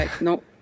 no